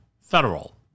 federal